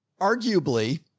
Arguably